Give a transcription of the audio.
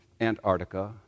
Antarctica